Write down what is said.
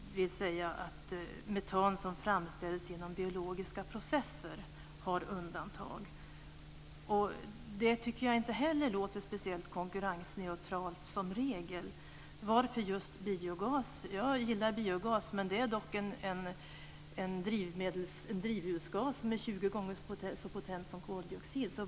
Det innebär att metan som framställs inom biologiska processer har undantag. Jag tycker inte heller att det låter speciellt konkurrensneutralt som regel. Varför just biogas? Jag gillar biogas, men det är dock en drivhusgas som är 20 gånger så potent som koldioxid.